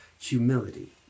humility